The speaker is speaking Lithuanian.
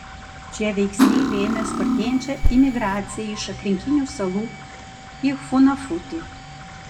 šie veiksniai lėmė spartėjančią imigraciją iš aplinkinių salų į funafutį